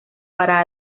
para